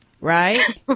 right